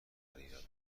پدیدار